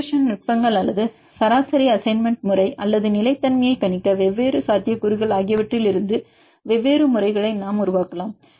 regression நுட்பங்கள் அல்லது சராசரி அசைன்மெண்ட் முறை அல்லது நிலைத்தன்மையைக் கணிக்க வெவ்வேறு சாத்தியக்கூறுகள் ஆகியவற்றிலிருந்து வெவ்வேறு முறைகளை நாம் உருவாக்கலாம்